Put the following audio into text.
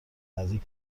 نزدیک